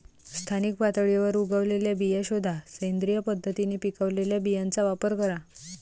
स्थानिक पातळीवर उगवलेल्या बिया शोधा, सेंद्रिय पद्धतीने पिकवलेल्या बियांचा वापर करा